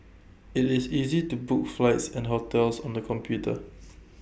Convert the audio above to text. IT is easy to book flights and hotels on the computer